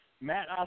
Matt